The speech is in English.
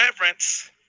reverence